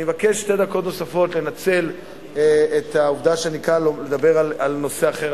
אני מבקש שתי דקות נוספות ולנצל את העובדה שאני כאן לדבר על נושא אחר,